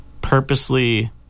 purposely